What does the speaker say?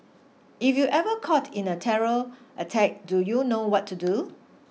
if you ever caught in a terror attack do you know what to do